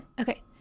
Okay